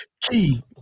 Key